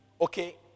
Okay